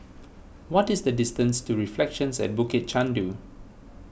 what is the distance to Reflections at Bukit Chandu